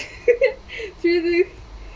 seriously